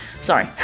Sorry